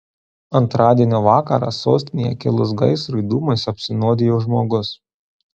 antradienio vakarą sostinėje kilus gaisrui dūmais apsinuodijo žmogus